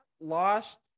lost